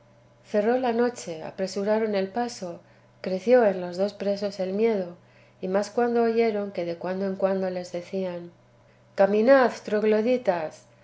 cerró la noche apresuraron el paso creció en los dos presos el miedo y más cuando oyeron que de cuando en cuando les decían caminad